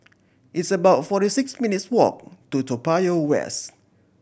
it's about forty six minutes' walk to Toa Payoh West